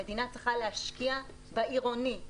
המדינה צריכה להשקיע בעירוני,